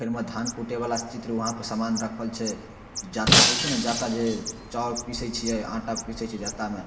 फेर वहाँ धान कूटैवला चित्र समान उहाँ राखल छै जाँता होइ छै ने जाँता जे चाउर पीसै छियै आटा पीसै छियै जाँतामे